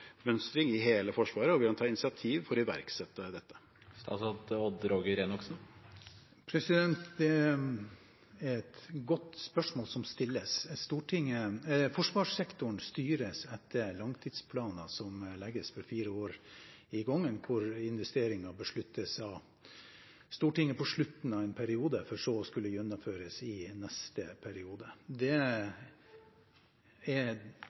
i hele Forsvaret, og vil han ta initiativ for å iverksette dette? Det er et godt spørsmål som stilles. Forsvarssektoren styres etter langtidsplaner som legges for fire år om gangen, hvor investeringene besluttes av Stortinget på slutten av en periode, for så å skulle gjennomføres i neste periode. Der er denne statsråden av den oppfatning at det er